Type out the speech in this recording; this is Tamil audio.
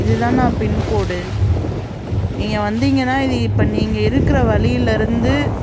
இதுதாண்ணா பின்கோடு நீங்கள் வந்திங்கன்னால் இது இப்போ நீங்கள் இருக்கிற வழியில இருந்து